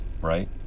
right